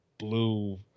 blue